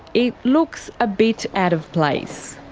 it looks a bit out of place.